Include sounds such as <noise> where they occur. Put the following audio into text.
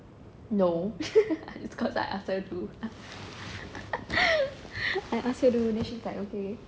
no <laughs> it's cause I ask her do <laughs> I ask her do and then she's like okay